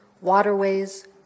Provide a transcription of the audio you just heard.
waterways